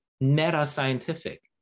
meta-scientific